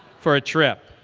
for a trip.